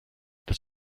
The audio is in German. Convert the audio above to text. das